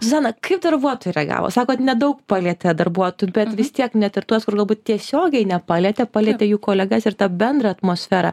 zuzana kaip darbuotojai reagavo sakot nedaug palietė darbuotojų bet vis tiek net ir tuos kur galbūt tiesiogiai nepalietė palietė jų kolegas ir tą bendrą atmosferą